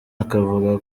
akavuga